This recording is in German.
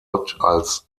als